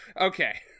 Okay